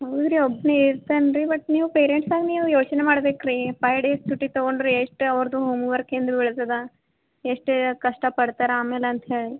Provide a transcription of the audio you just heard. ಹ್ಞೂ ರೀ ಒಬ್ಬನೇ ಇರ್ತಾನೆ ರೀ ಬಟ್ ನೀವು ಪೇರೆಂಟ್ಸ್ ಆಗಿ ನೀವು ಯೋಚನೆ ಮಾಡ್ಬೇಕು ರೀ ಫೈವ್ ಡೇಸ್ ಛುಟ್ಟಿ ತೊಗೊಂಡ್ರೆ ಎಷ್ಟು ಅವರದು ಹೋಮ್ವರ್ಕ್ ಹಿಂದೆ ಉಳಿತದೆ ಎಷ್ಟು ಕಷ್ಟಪಡ್ತಾರೆ ಆಮೇಲೆ ಅಂತ ಹೇಳಿ